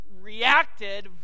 reacted